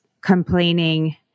complaining